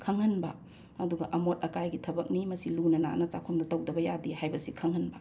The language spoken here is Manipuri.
ꯈꯪꯍꯟꯕ ꯑꯗꯨꯒ ꯑꯃꯣꯠ ꯑꯀꯥꯏꯒꯤ ꯊꯕꯛꯅꯤ ꯃꯁꯤ ꯂꯨꯅ ꯅꯥꯟꯅ ꯆꯥꯛꯈꯨꯝꯗ ꯇꯧꯗꯕ ꯌꯥꯗꯦ ꯍꯥꯏꯕꯁꯤ ꯈꯪꯍꯟꯕ